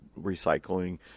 recycling